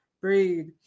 Breathe